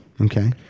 Okay